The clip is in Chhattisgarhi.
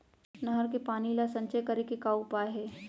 नहर के पानी ला संचय करे के का उपाय हे?